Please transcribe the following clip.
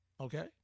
Okay